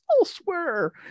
elsewhere